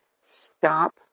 stop